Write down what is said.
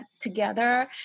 together